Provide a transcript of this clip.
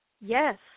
Yes